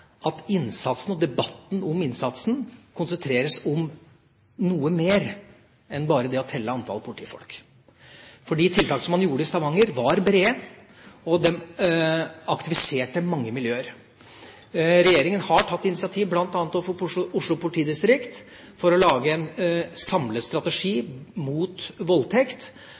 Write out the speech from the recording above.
at innsatsen, og debatten om innsatsen, konsentreres om noe mer enn bare det å telle antall politifolk. For de tiltakene som man gjorde i Stavanger, var brede, og de aktiviserte mange miljøer. Regjeringa har tatt initiativ, bl.a. overfor Oslo politidistrikt, for å lage en samlet strategi mot voldtekt.